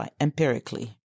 empirically